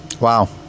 wow